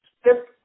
step